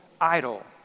idol